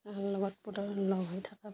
তাহাৰ লগত পুতল লগ হৈ থাকোঁ